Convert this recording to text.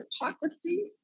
hypocrisy